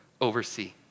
oversee